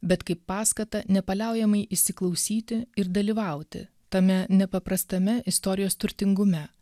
bet kaip paskatą nepaliaujamai įsiklausyti ir dalyvauti tame nepaprastame istorijos turtingume